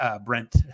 Brent